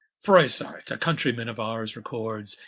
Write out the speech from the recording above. froysard, a countreyman of ours, records,